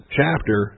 chapter